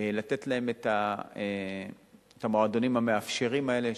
לתת להם את המועדונים המאפשרים האלה,